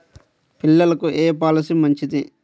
పిల్లలకు ఏ పొలసీ మంచిది?